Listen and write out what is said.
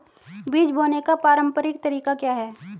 बीज बोने का पारंपरिक तरीका क्या है?